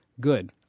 Good